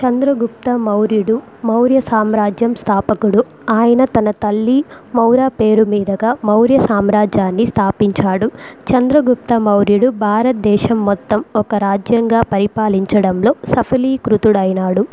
చంద్రగుప్త మౌర్యుడు మౌర్య సామ్రాజ్యం స్థాపకుడు ఆయన తన తల్లి మౌరా పేరు మీదగా మౌర్య సామ్రాజ్యాన్ని స్థాపించాడు చంద్రగుప్త మౌర్యుడు భారతదేశం మొత్తం ఒక రాజ్యంగా పరిపాలించడంలో సఫలీకృతుడైనాడు